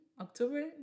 october